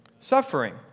suffering